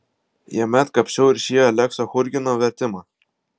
jame atkapsčiau ir šį aleksio churgino vertimą